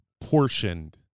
portioned